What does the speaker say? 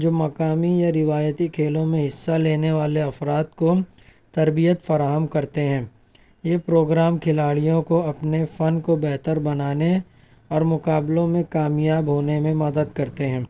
جو مقامی یا روایتی کھیلوں میں حصہ لینے والے افراد کو تربیت فراہم کرتے ہیں یہ پروگرام کھلاڑیوں کو اپنے فن کو بہتر بنانے اور مقابلوں میں کامیاب ہونے میں مدد کرتے ہیں